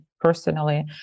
personally